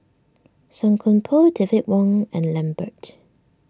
Song Koon Poh David Wong and Lambert